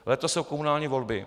Letos jsou komunální volby.